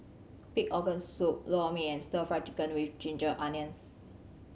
pig organ soup Lor Mee and Stir Fry Chicken with ginger onions